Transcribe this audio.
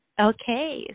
Okay